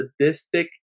sadistic